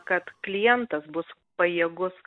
kad klientas bus pajėgus